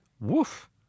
woof